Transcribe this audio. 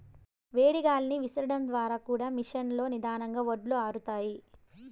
వేడి గాలిని విసరడం ద్వారా కూడా మెషీన్ లో నిదానంగా వడ్లు ఆరుతాయి